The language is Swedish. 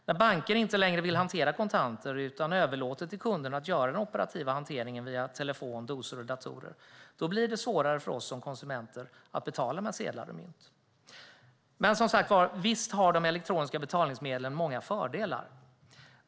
När banker inte längre vill hantera kontanter utan överlåter till kunderna att sköta den operativa hanteringen via telefoner, dosor och datorer blir det svårare för oss som konsumenter att betala med sedlar och mynt. Visst har de elektroniska betalningsmedlen många fördelar.